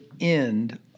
end